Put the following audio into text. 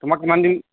তোমাক কিমান দিম